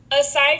aside